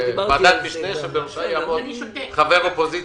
לך שהנושא הכי חשוב לי, שאני מכיר אותו הרבה זמן,